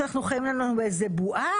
שאנחנו חיים לנו באיזו בועה?